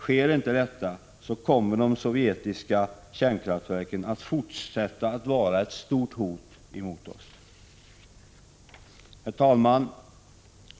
Om inte detta sker kommer de sovjetiska kärnkraftverken att fortsätta att utgöra ett stort hot mot oss. Herr talman!